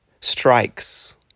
strikes